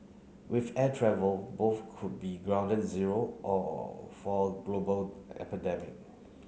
with air travel both could be grounded zero all for a global epidemic